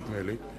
נדמה לי,